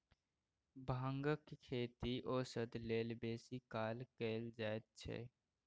भांगक खेती औषध लेल बेसी काल कएल जाइत छै